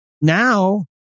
now